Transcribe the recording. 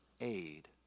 aid